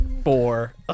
Four